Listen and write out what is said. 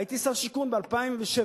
הייתי שר שיכון ב-2006.